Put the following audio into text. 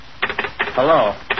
Hello